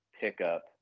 pickup